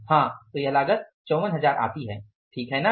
हाँ तो यह लागत 54000 आती है ठीक है ना